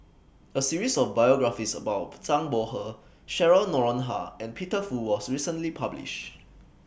A series of biographies about Zhang Bohe Cheryl Noronha and Peter Fu was recently published